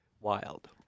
wild